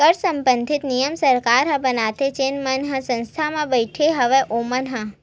कर संबंधित नियम सरकार ह बनाथे जेन मन ह संसद म बइठे हवय ओमन ह